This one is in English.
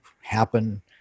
happen